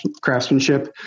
craftsmanship